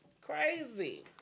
Crazy